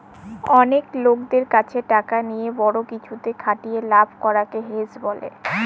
অনেক লোকদের কাছে টাকা নিয়ে বড়ো কিছুতে খাটিয়ে লাভ করাকে হেজ বলে